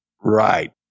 Right